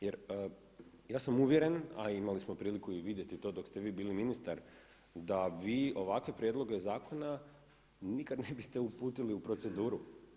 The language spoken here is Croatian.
Jer ja sam uvjeren a imali smo priliku i vidjeti to dok ste vi bili ministar da vi ovakve prijedloge zakona nikada ne biste uputili u proceduru.